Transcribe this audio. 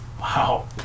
Wow